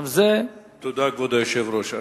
תודה, כבוד היושב-ראש.